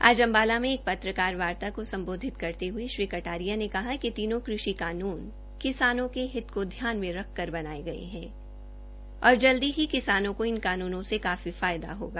आज अम्बाला में एक पत्रकारवार्ता को सम्बोधित करते हये श्री कटारिया ने कहा कि तीनों कृषि कानून किसानों के हित में ध्यान में रखकर बनाये गये है और जल्दी ही किसानों को इन कानूनों से काफी फायदा होगा